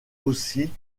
aussi